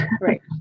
Right